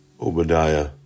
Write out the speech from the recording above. Obadiah